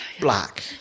black